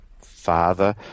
father